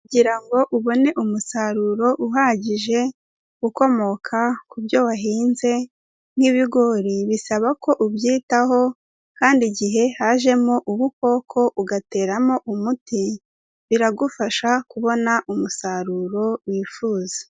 Kugira ngo ubone umusaruro uhagije ukomoka ku byo wahinze nk'ibigori bisaba ko ubyitaho kandi igihe hajemo ubukoko ugateramo umuti, biragufasha kubona umusaruro wifuza.